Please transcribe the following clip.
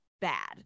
bad